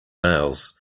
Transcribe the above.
nails